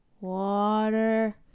water